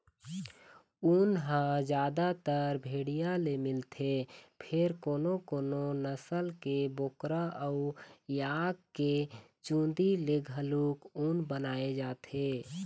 ऊन ह जादातर भेड़िया ले मिलथे फेर कोनो कोनो नसल के बोकरा अउ याक के चूंदी ले घलोक ऊन बनाए जाथे